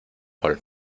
hall